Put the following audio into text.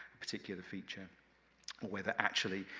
particular feature whether actually,